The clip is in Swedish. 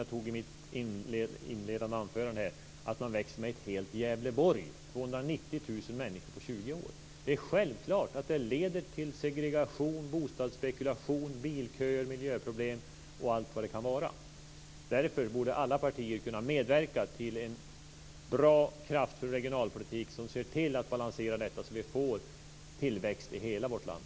Jag sade i mitt inledande anförande att man växer med ett helt Gävleborg - 290 000 människor på 20 år. Det är självklart att det leder till segregation, bostadsspekulation, bilköer, miljöproblem och allt vad det kan vara. Därför borde alla partier kunna medverka till en bra kraftfull regionalpolitik, som ser till att balansera utvecklingen så att vi får tillväxt i hela vårt land.